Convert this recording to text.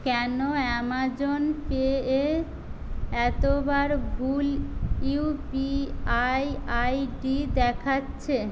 কেন Amazon Pay এ এতবার ভুল ইউপিআই আইডি দেখাচ্ছে